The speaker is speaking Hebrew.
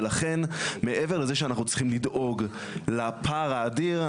ולכן מעבר לזה שאנחנו צריכים לדאוג לפער האדיר,